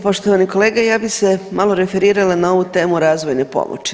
Poštovani kolega ja bi se malo referirala na ovu temu razvojne pomoći.